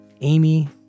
Amy